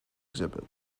exhibit